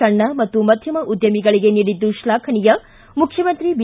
ಸಣ್ಣ ಮತ್ತು ಮಧ್ಯಮ ಉದ್ಯಮಿಗಳಿಗೆ ನೀಡಿದ್ದು ಶ್ಲಾಫನೀಯ ಮುಖ್ಯಮಂತ್ರಿ ಬಿ